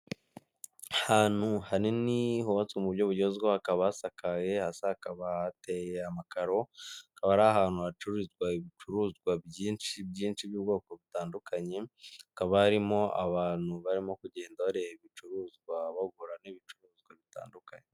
Ahantu hanini hubatswe mu buryo bugezweho akaba hasakaye, hasi hakaba hateye amakaro, hakaba ari ahantu hacururizwa ibicuruzwa byinshi byinshi by'ubwoko butandukanye, hakaba harimo abantu barimo kugenda bareba ibicuruzwa, bagura n'ibicuruzwa bitandukanye.